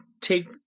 take